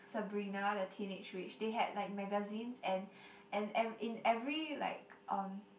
Sabrina the teenage witch they had like magazines and and ev~ in every like um